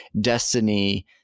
Destiny